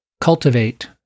cultivate